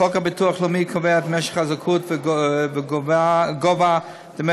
חוק הביטוח הלאומי קובע את משך הזכאות וגובה דמי